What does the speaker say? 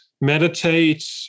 meditate